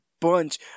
bunch